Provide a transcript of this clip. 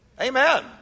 Amen